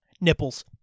Nipples